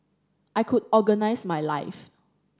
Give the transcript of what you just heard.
I could organise my life